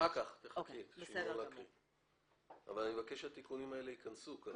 אחרי שהיא תסיים להקריא אבל אני מבקש שהתיקונים האלה ייכנסו.